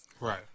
Right